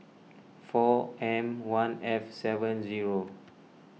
four M one F seven zero